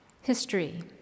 History